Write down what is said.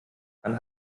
dann